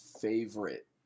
favorite